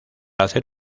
hacer